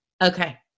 Okay